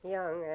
Young